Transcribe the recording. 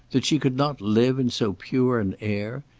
that she could not live in so pure an air?